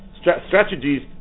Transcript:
strategies